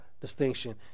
distinction